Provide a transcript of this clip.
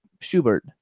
Schubert